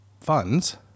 funds